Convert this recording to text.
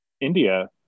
India